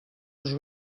els